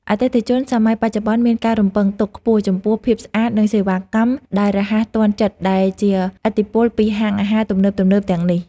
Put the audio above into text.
អតិថិជនសម័យបច្ចុប្បន្នមានការរំពឹងទុកខ្ពស់ចំពោះភាពស្អាតនិងសេវាកម្មដែលរហ័សទាន់ចិត្តដែលជាឥទ្ធិពលពីហាងអាហារទំនើបៗទាំងនេះ។